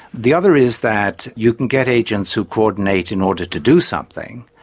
the other is that you can get agents who coordinate in order to do something,